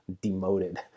demoted